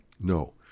No